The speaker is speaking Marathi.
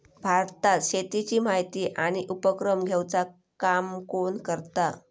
भारतात शेतीची माहिती आणि उपक्रम घेवचा काम कोण करता?